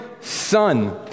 Son